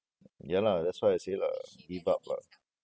ya lah that's why I say lah give up lah